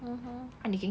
mmhmm